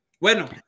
Bueno